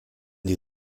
die